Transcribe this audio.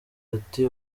bati